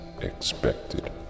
expected